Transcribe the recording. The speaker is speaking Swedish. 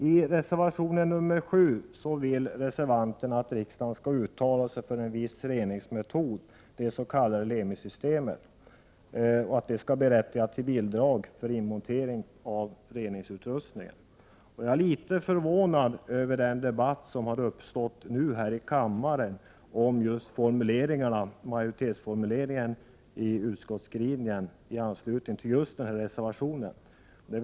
I reservation 7 vill reservanterna att riksdagen skall uttala att en viss reningsmetod, det s.k. Lemi-systemet, skall berättiga till bidrag för inmontering av reningsutrustningen. Jag är litet förvånad över den debatt som nu har uppstått här i kammaren om majoritetens formulering i den del som motsvarar reservationen.